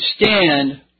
stand